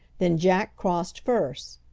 then jack crossed first.